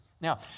Now